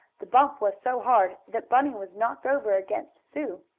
the bump was so hard that bunny was knocked over against sue.